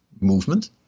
movement